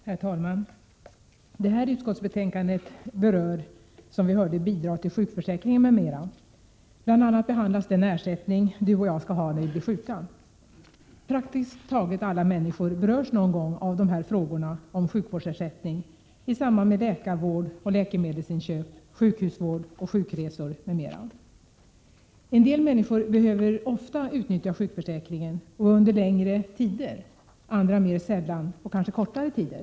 Herr talman! Det här utskottsbetänkandet berör, som vi har hört, bidrag till sjukförsäkringen m.m. I betänkandet behandlas bl.a. den ersättning du och jag skall ha när vi blir sjuka. Praktiskt taget alla människor berörs någon gång av de här frågorna om sjukvårdsersättning i samband med läkarvård och läkemedelsinköp, sjukhusvård och sjukresor m.m. En del människor behöver utnyttja sjukförsäkringen ofta och under längre tider, andra mer = Prot. 1987/88:115 sällan och kanske under kortare tider.